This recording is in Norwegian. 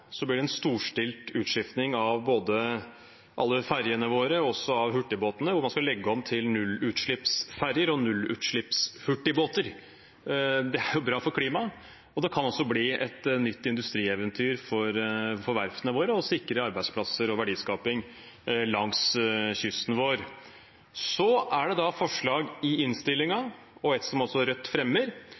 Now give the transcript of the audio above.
blir en storstilt utskiftning av alle ferjene våre og også av hurtigbåtene, og man skal legge om til nullutslippsferjer og nullutslippshurtigbåter. Det er bra for klimaet, og det kan også bli et nytt industrieventyr for verftene våre og sikre arbeidsplasser og verdiskaping langs kysten vår. Så er det forslag i innstillingen, et som også Rødt fremmer,